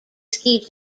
ski